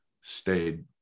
stayed